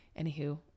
anywho